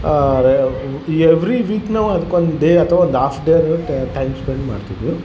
ಆರೇ every week ನಾವು ಅದ್ಕೊಂದು ಡೇ ಅಥವ ಒಂದು ಆಫ್ ಡೇ ಇರುತ್ತೆ ಟೈಮ್ ಸ್ಪೆಂಡ್ ಮಾಡ್ತಿವಿ